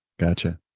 Gotcha